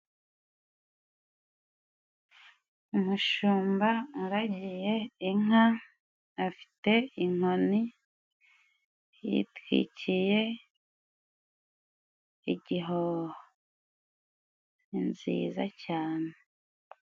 Umushumba uragiye inka, afite inkoni, yitwikiye igihoho ni nziza cyane.